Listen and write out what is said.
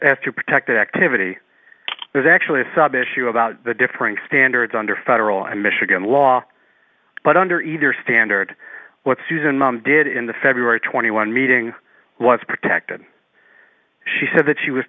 pretext to protect that activity there's actually a sub issue about the differing standards under federal and michigan law but under either standard what susan mom did in the february twenty one meeting was protected she said that she was